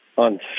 On